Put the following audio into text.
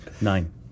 Nine